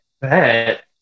bet